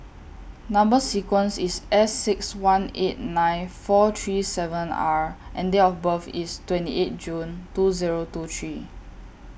Number sequence IS S six one eight nine four three seven R and Date of birth IS twenty eight June two Zero two three